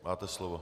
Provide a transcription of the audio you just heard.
Máte slovo.